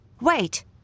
wait